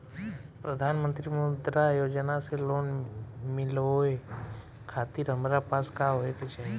प्रधानमंत्री मुद्रा योजना से लोन मिलोए खातिर हमरा पास का होए के चाही?